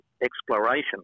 exploration